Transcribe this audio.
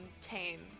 tame